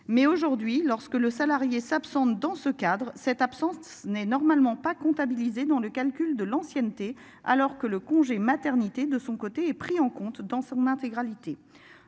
Mais aujourd'hui, lorsque le salarié s'absente dans ce cadre, cette absence n'est normalement pas comptabilisées dans le calcul de l'ancienneté. Alors que le congé maternité. De son côté est pris en compte dans son intégralité.